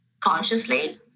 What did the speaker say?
consciously